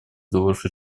долларов